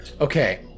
Okay